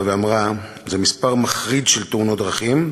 ואמרה: זה מספר מחריד של תאונות דרכים,